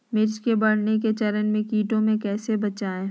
मिर्च के बढ़ने के चरण में कीटों से कैसे बचये?